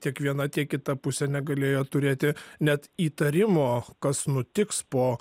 tiek viena tiek kita pusė negalėjo turėti net įtarimo kas nutiks po